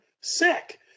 sick